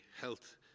health